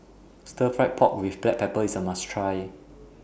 Stir Fried Pork with Black Pepper IS A must Try